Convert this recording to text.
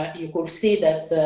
but you could see that